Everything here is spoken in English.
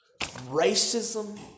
racism